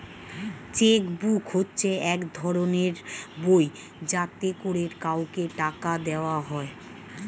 check book হচ্ছে এক ধরনের বই যাতে করে কাউকে টাকা দেওয়া হয়